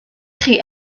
chi